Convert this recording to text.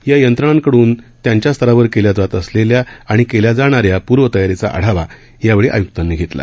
या यंत्रणांकडून त्यांच्या स्तरावर केल्या जात असलेल्या आणि केल्या जाणाऱ्या पूर्व तयारीचा आढावा यावेळी आयुक्तांनी घेतला